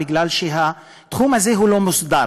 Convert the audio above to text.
כי התחום הזה לא מוסדר.